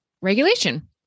regulation